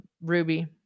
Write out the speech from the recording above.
Ruby